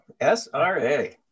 sra